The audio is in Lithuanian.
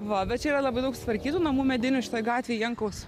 va bet čia yra labai daug sutvarkytų namų medinių šitoj gatvėj jankaus